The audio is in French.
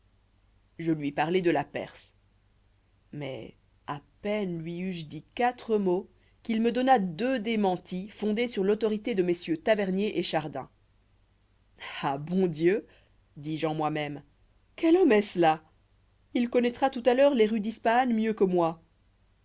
je lui parlai de la perse mais à peine lui eus-je dit quatre mots qu'il me donna deux démentis fondés sur l'autorité de messieurs tavernier et chardin ah bon dieu dis-je en moi-même quel homme est-ce là il connoîtra tout à l'heure les rues d'ispahan mieux que moi